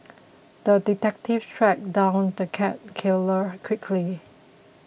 the detective tracked down the cat killer quickly